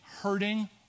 hurting